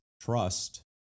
trust